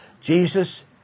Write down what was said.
Jesus